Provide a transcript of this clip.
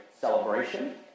celebration